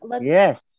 yes